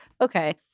okay